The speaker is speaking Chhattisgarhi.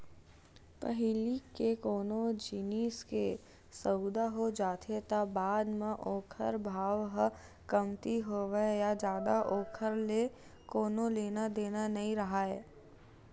पहिली ले कोनो जिनिस के सउदा हो जाथे त बाद म ओखर भाव ह कमती होवय या जादा ओखर ले कोनो लेना देना नइ राहय